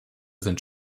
sind